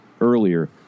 earlier